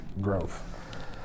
growth